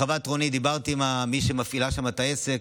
בחוות רונית דיברתי עם מי שמפעילה שם את העסק,